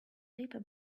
paper